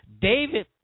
David